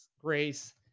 Grace